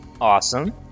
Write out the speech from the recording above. Awesome